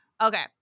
Okay